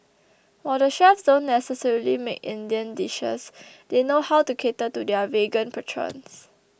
while the chefs don't necessarily make Indian dishes they know how to cater to their vegan patrons